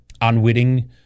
unwitting